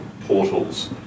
portals